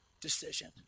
decision